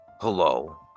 Hello